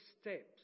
steps